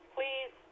Please